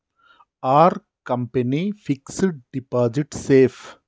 Are company fixed deposit safe?